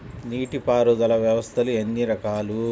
నీటిపారుదల వ్యవస్థలు ఎన్ని రకాలు?